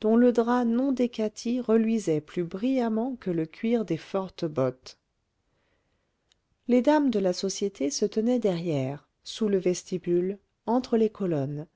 dont le drap non décati reluisait plus brillamment que le cuir des fortes bottes les dames de la société se tenaient derrière sous le vestibule entre les colonnes